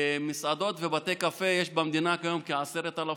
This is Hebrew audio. מסעדות ובתי קפה, יש במדינה כיום כ-10,000,